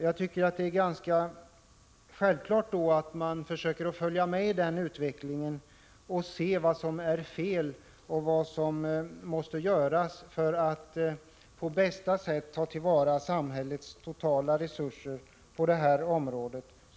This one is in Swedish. Jag tycker att det är ganska självklart att man försöker följa med i den utvecklingen, att man försöker se vad som är fel och vad som måste göras för att på bästa sätt ta till vara samhällets totala resurser på luftfartens område.